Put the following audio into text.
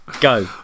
go